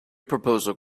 proposal